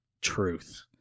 truth